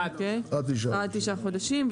עד תשעה חודשים.